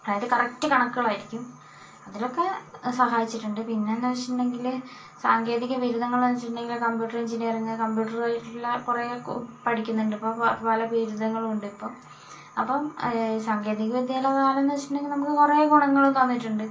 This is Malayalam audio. അതായത് കറക്ട് കണക്കുകളായിരിക്കും അതിനൊക്കെ സഹായിച്ചിട്ടുണ്ട് പിന്നെ എന്താണെന്നു വച്ചിട്ടുണ്ടെങ്കിൽ സാങ്കേതിക ബിരുദങ്ങളെന്നു വച്ചിട്ടുണ്ടെങ്കിൽ കമ്പ്യൂട്ടർ എഞ്ചിനീയറിംഗ് കമ്പ്യൂട്ടറുമായിട്ടുള്ള കുറേ പഠിക്കുന്നുണ്ട് ഇപ്പോൾ പല ബിരുദങ്ങളുണ്ട് ഇപ്പം അപ്പം സാങ്കേതിക വിദ്യയുടെ കാലം എന്നു വച്ചിട്ടുണ്ടെങ്കിൽ നമുക്ക് കുറേ ഗുണങ്ങളും തന്നിട്ടുണ്ട്